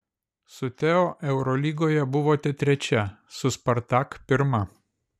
su teo eurolygoje buvote trečia su spartak pirma